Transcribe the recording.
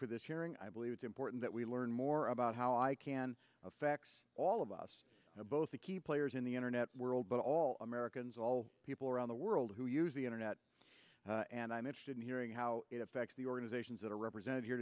for this hearing i believe it's important that we learn more about how i can fax all of us both the key players in the internet world but all americans all people around the world who use the internet and i'm interested in hearing how how it affects the organizations that are represented here